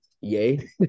Yay